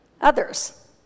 others